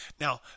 Now